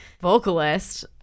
vocalist